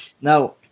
now